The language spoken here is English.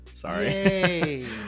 Sorry